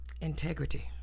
integrity